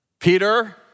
Peter